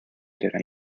did